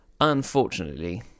Unfortunately